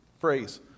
phrase